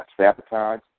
sabotage